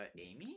Amy